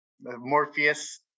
Morpheus